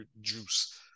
juice